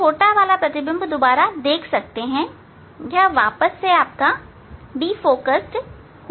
आप छोटा वाला दोबारा देख सकते हैं यह वापस विकेंद्रित हो रहा है